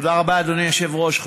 תודה רבה, אדוני היושב-ראש.